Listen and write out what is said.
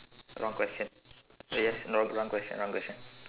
wrong question yes no wrong question wrong question